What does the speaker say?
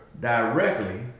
directly